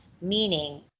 meaning